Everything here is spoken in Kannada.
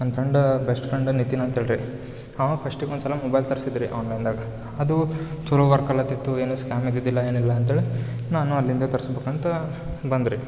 ನನ್ನ ಫ್ರೆಂಡ ಬೆಸ್ಟ್ ಫ್ರೆಂಡ್ ನಿತಿನ್ ಅಂತೇಳ್ರೀ ಅವ ಫಸ್ಟಿಗೆ ಒಂದ್ಸಲ ಮೊಬೈಲ್ ತರ್ಸಿದ್ದ ರೀ ಆನ್ಲೈನ್ದಾಗೆ ಅದೂ ಚಲೋ ವರ್ಕಾಲ್ಲತಿತ್ತು ಏನು ಸ್ಕ್ಯಾಮ್ ಇದ್ದಿದಿಲ್ಲ ಏನು ಇಲ್ಲ ಅಂತೇಳಿ ನಾನೂ ಅಲ್ಲಿಂದ ತರಿಸ್ಬೇಕ್ ಅಂತ ಬಂದ ರೀ